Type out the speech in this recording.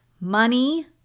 money